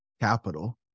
capital